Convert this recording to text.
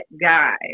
guy